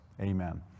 Amen